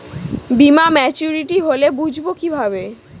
বীমা মাচুরিটি হলে বুঝবো কিভাবে?